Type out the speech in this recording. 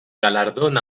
galardón